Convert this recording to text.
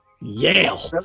Yale